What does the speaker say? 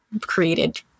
created